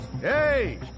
Hey